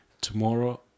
tomorrow